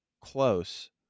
close